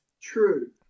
True